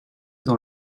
dans